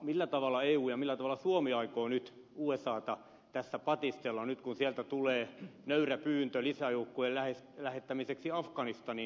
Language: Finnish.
millä tavalla eu ja millä tavalla suomi aikoo nyt usata tässä patistella nyt kun sieltä tulee nöyrä pyyntö lisäjoukkojen lähettämiseksi afganistaniin